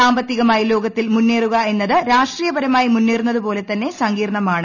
സാമ്പത്തികമായി ലോകത്തിൽ മുന്നേറുക എന്നത് രാഷ്ട്രീയ പരമായി മുന്നേറുന്നതു പോലെ തന്നെ സങ്കീർണമാണ്